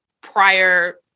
prior